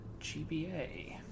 GBA